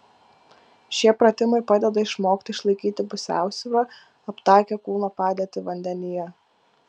šie pratimai padeda išmokti išlaikyti pusiausvyrą aptakią kūno padėtį vandenyje